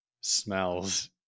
smells